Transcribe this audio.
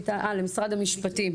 אני פרקליטה